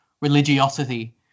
religiosity